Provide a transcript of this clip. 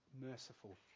merciful